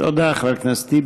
תודה, חבר הכנסת טיבי.